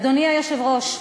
אדוני היושב-ראש,